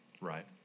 Right